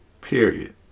period